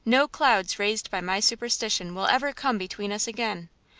no clouds raised by my superstition will ever come between us again.